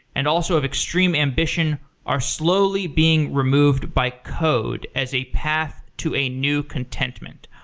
and also of extreme ambition are slowly being removed by code as a path to a new contentment.